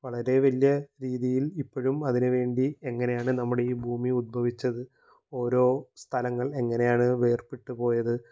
വളരേ വലിയ രീതിയിൽ ഇപ്പോഴും അതിനുവേണ്ടി എങ്ങനെയാണ് നമ്മുടെ ഈ ഭൂമി ഉത്ഭവിച്ചത് ഓരോ സ്ഥലങ്ങൾ എങ്ങനെയാണ് വേർപെട്ടുപോയത്